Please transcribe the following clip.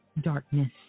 darkness